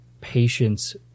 patience